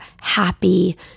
happy